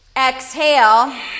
exhale